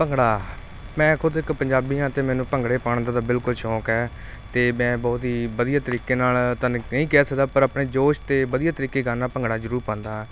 ਭੰਗੜਾ ਮੈਂ ਖੁਦ ਇੱਕ ਪੰਜਾਬੀ ਹਾਂ ਅਤੇ ਮੈਨੂੰ ਭੰਗੜੇ ਪਾਉਣ ਦਾ ਤਾਂ ਬਿਲਕੁਲ ਸ਼ੌਂਕ ਹੈ ਅਤੇ ਮੈਂ ਬਹੁਤ ਹੀ ਵਧੀਆ ਤਰੀਕੇ ਨਾਲ ਤਾਂ ਨੀ ਨਹੀਂ ਕਹਿ ਸਕਦਾ ਪਰ ਆਪਣੇ ਜੋਸ਼ ਅਤੇ ਵਧੀਆ ਤਰੀਕੇ ਕਾਰਨ ਭੰਗੜਾ ਜ਼ਰੂਰ ਪਾਉਂਦਾ ਹਾਂ